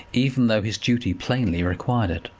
even though his duty plainly required it.